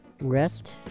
Rest